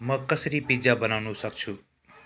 म कसरी पिज्जा बनाउनु सक्छु